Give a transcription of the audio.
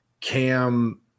Cam